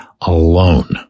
alone